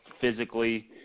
physically